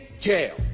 jail